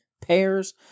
pairs